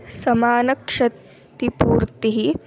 समानक्षतिपूर्तिः